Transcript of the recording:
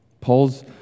Paul's